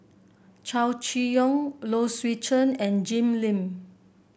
Chow Chee Yong Low Swee Chen and Jim Lim